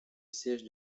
siège